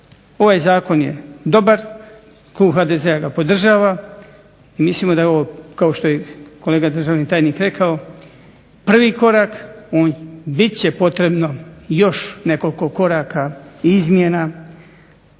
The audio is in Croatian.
ovaj zakon je dobar, Klub HDZ-a ga podržava i mislimo da je ovo kao što je kolega državni tajnik rekao, prvi korak u biti će potrebno još nekoliko koraka izmjena